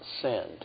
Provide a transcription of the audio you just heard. sinned